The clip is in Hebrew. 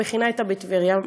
והמכינה הייתה בטבריה,